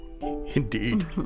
indeed